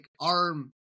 arm